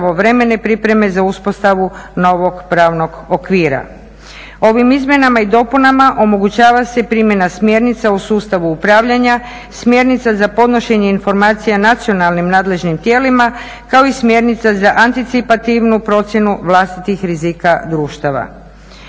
Ovim izmjenama i dopunama omogućava se i primjena smjernica u sustavu upravljanja, smjernica za podnošenje informacija nacionalnim nadležnim tijelima kao i smjernica za anticipativnu procjenu vlastitih rizika društava.